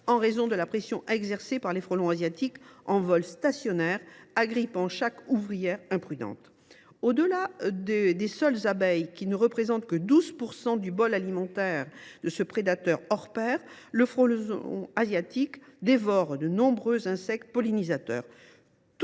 en raison de la pression exercée par les frelons asiatiques en vol stationnaire, qui menacent d’agripper chaque ouvrière imprudente. Au delà des seules abeilles, qui ne représentent que 12 % du bol alimentaire de ce prédateur hors pair, le frelon asiatique dévore de nombreux insectes pollinisateurs.